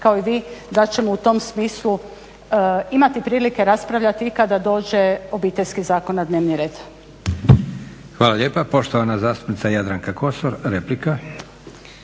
kao i vi da ćemo u tom smislu imati prilike raspravljati i kada dođe Obiteljski zakon na dnevni red. **Leko, Josip (SDP)** Hvala lijepa. Poštovana zastupnica Jadranka Kosor, replika.